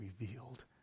revealed